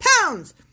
pounds